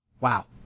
wow